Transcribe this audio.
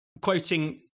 quoting